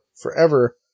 forever